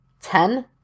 Ten